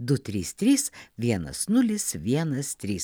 du trys trys vienas nulis vienas trys